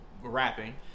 rapping